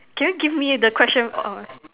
can you give me the question of